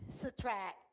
subtract